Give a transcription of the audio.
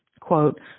Quote